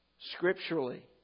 Scripturally